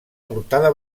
portada